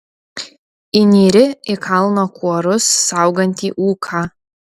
įnyri į kalno kuorus saugantį ūką